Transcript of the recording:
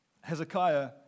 Hezekiah